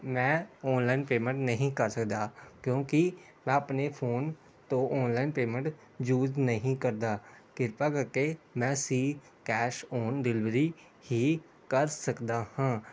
ਮੈਂ online payment ਨਹੀਂ ਕਰ ਸਕਦਾ ਕਿਉਂਕਿ ਮੈਂ ਆਪਣੇ ਫੋਨ ਤੋਂ ਔਨਲਾਈਨ ਪੇਮੈਂਟ ਯੂਜ਼ ਨਹੀਂ ਕਰਦਾ ਕਿਰਪਾ ਕਰਕੇ ਮੈਂ ਸੀ ਕੈਸ਼ ਔਨ ਡਿਲਵਰੀ ਹੀ ਕਰ ਸਕਦਾ ਹਾਂ